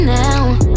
now